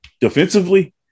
Defensively